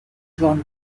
juan